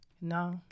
No